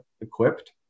equipped